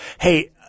Hey